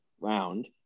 round